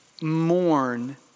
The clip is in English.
mourn